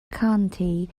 county